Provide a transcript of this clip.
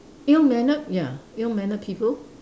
ill mannered ya ill mannered people